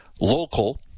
local